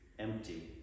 Empty